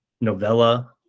novella